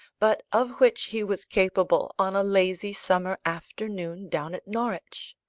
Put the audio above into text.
but of which he was capable on a lazy summer afternoon down at norwich.